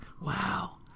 Wow